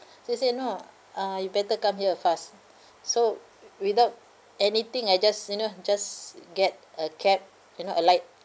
he said no uh you better come here fast so without anything I just you know just get a cab you know I like